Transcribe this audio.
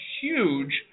huge